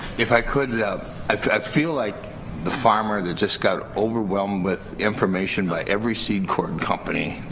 if i could i feel like the farmer that just got overwhelmed with information by every seed corn company,